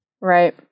Right